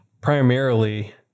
primarily